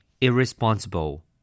Irresponsible